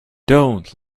don’t